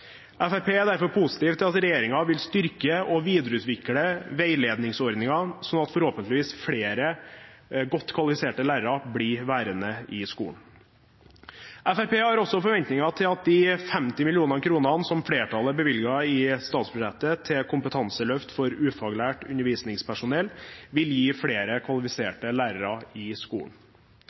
er derfor positiv til at regjeringen vil styrke og videreutvikle veiledningsordningene, sånn at forhåpentligvis flere godt kvalifiserte lærere blir værende i skolen. Fremskrittspartiet har også forventninger til at de 50 mill. kr som flertallet bevilget i statsbudsjettet til kompetanseløft for ufaglært undervisningspersonell, vil gi flere kvalifiserte lærere i skolen.